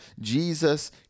Jesus